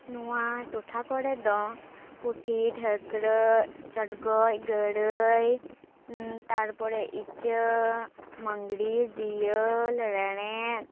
ᱱᱚᱣᱟ ᱴᱚᱴᱷᱟ ᱠᱚᱨᱮ ᱫᱚ ᱯᱩᱴᱷᱤ ᱰᱷᱟᱹᱠᱨᱟᱹᱜ ᱪᱚᱰᱜᱚᱡᱽ ᱜᱟᱹᱲᱟᱹᱭ ᱛᱟᱨᱯᱚᱨᱮ ᱤᱪᱟᱹᱜ ᱢᱟᱹᱝᱜᱽᱨᱤ ᱡᱤᱭᱟᱹᱞ ᱨᱮᱬᱮᱫ